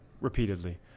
repeatedly